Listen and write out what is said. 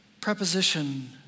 preposition